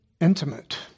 intimate